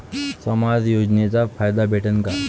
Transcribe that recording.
समाज योजनेचा फायदा भेटन का?